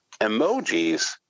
emojis